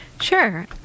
sure